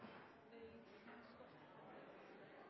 til forslaget. President,